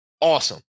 awesome